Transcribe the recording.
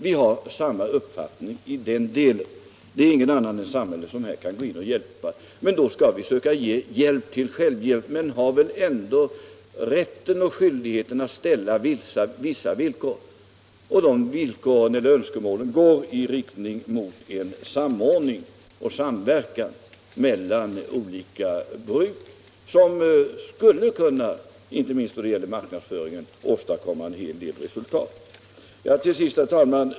Vi har samma uppfattning i den delen. Det är ingen annan än samhället som här kan gå in och hjälpa. Men då bör vi ge hjälp till självhjälp. Man har väl ändå rätt och skyldighet att ställa vissa villkor, och de villkoren eller önskemålen går i riktning mot en samordning och en samverkan mellan olika bruk, vilken skulle kunna åstadkomma en hel del resultat — inte minst då det gäller marknadsföringen. Till sist, herr talman!